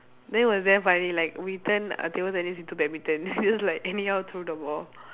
that was damn funny like we turn uh table tennis into badminton just like anyhow throw the ball